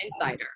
insider